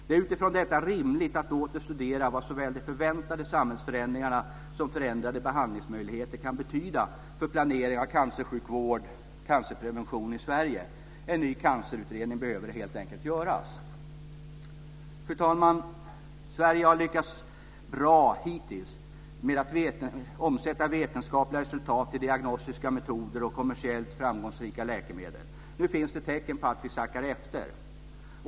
Det är utifrån detta rimligt att åter studera vad såväl de förväntade samhällsförändringarna som förändrade behandlingsmöjligheter kan betyda för planering av cancersjukvård och cancerprevention i Sverige. En ny cancerutredning behöver helt enkelt göras. Fru talman! Sverige har hittills lyckats bra med att omsätta vetenskapliga resultat till diagnostiska metoder och kommersiellt framgångsrika läkemedel. Nu finns det tecken på att vi sackar efter.